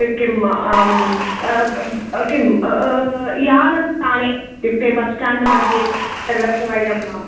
किं ब् किं यानस्थाने इत्युक्ते बस् स्ट्याण्ड् मध्ये सर्वत्र वयं